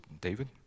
David